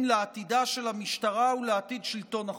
לעתידה של המשטרה ולעתיד שלטון החוק.